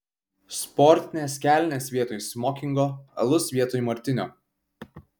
sportinės kelnės vietoj smokingo alus vietoj martinio